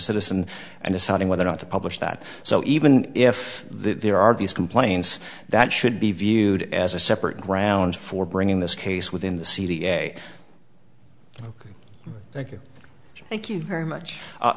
citizen and deciding whether or not to publish that so even if there are these complaints that should be viewed as a separate grounds for bringing this case within the c d a ok thank you thank you very much